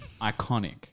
iconic